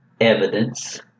evidence